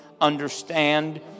understand